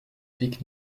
pique